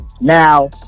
Now